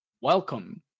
welcome